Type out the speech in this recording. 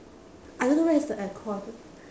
I don't know where is the air con